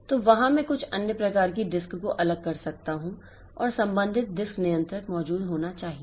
तो वहां मैं कुछ अन्य प्रकार की डिस्क को अलग कर सकता हूं और संबंधित डिस्क नियंत्रक मौजूद होना चाहिए